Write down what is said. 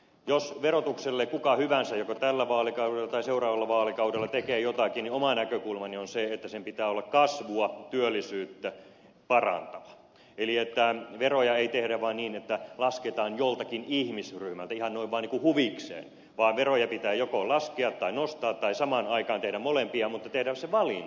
jos verotukselle kuka hyvänsä joko tällä vaalikaudella tai seuraavalla vaalikaudella tekee jotakin niin oma näkökulmani on se että sen pitää olla kasvua työllisyyttä parantavaa eli että veroja ei tehdä vain niin että lasketaan joltakin ihmisryhmältä ihan noin vain niin kuin huvikseen vaan veroja pitää joko laskea tai nostaa tai samaan aikaan tehdä molempia mutta pitää tehdä se valinta